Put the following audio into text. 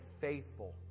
faithful